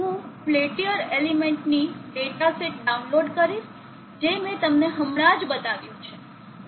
હું પેલ્ટીઅર એલિમેન્ટની datasheet download કરીશ જે મેં તમને હમણાંજ બતાવ્યું છે